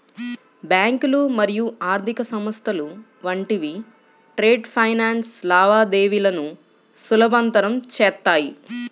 బ్యాంకులు మరియు ఆర్థిక సంస్థలు వంటివి ట్రేడ్ ఫైనాన్స్ లావాదేవీలను సులభతరం చేత్తాయి